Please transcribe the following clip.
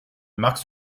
marque